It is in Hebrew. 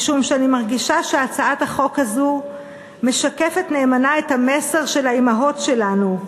משום שאני מרגישה שהצעת החוק הזאת משקפת נאמנה את המסר של האימהות שלנו,